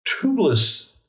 tubeless